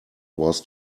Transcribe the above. was